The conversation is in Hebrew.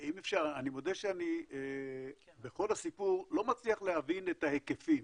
אני מודה שאני בכל הסיפור לא מצליח להבין את ההיקפים.